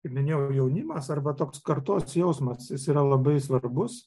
minėjome jaunimas arba toks kartos jausmas yra labai svarbus